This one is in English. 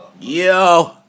Yo